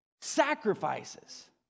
sacrifices